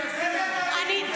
אני,